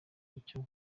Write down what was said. icyo